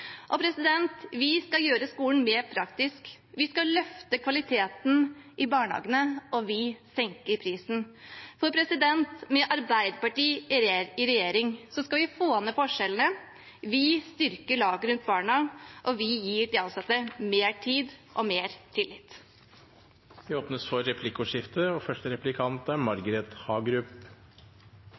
Vi skal gjøre skolen mer praktisk. Vi skal løfte kvaliteten i barnehagene, og vi senker prisen. Med Arbeiderpartiet i regjering skal vi få ned forskjellene. Vi styrker laget rundt barna, og vi gir de ansatte mer tid og mer tillit. Det blir replikkordskifte. Regjeringen Solberg gjennomførte en rekke tiltak for å løfte lærernes kompetanse og